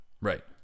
Right